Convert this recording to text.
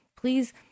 Please